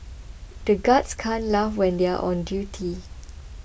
the guards can't laugh when they are on duty